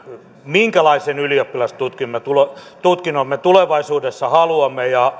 minkälaisen ylioppilastutkinnon me tulevaisuudessa haluamme